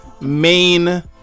main